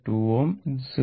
2 Ω ഇത് 0